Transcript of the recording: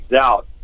out